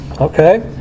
okay